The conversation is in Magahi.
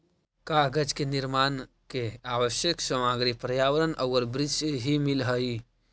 कागज के निर्माण के आवश्यक सामग्री पर्यावरण औउर वृक्ष से ही मिलऽ हई